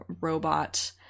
robot